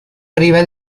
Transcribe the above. priva